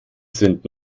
sind